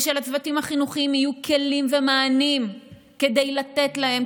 ושלצוותים החינוכיים יהיו כלים ומענים לתת להם,